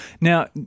Now